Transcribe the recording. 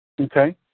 Okay